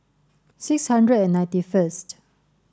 six hundred and ninety first